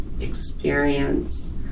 experience